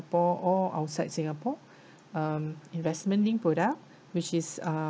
or outside singapore um investment-linked product which is